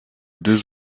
deux